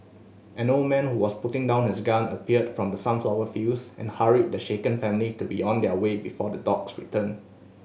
an old man who was putting down his gun appeared from the sunflower fields and hurried the shaken family to be on their way before the dogs return